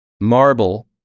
marble